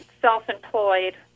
self-employed